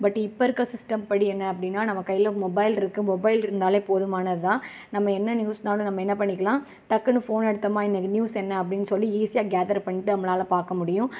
but இப்போ இருக்க சிஸ்டம்படி என்ன அப்படின்னா நம்ம கையில மொபைலிருக்கு மொபைல் இருந்தாலே போதுமானதுதான் நம்ம என்ன நியூஸ்னாலும் நம்ம என்ன பண்ணிக்கலாம் டக்குனு ஃபோன் எடுத்தோமா இன்றைக்கி நியூஸ் என்ன அப்படின்னு சொல்லி ஈசியாக கேதர் பண்ணிட்டு நம்மளால் பார்க்க முடியும்